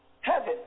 heaven